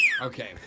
Okay